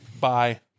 Bye